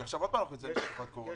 כי עכשיו אנחנו עוד פעם בתקופת קורונה,